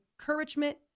encouragement